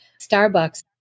Starbucks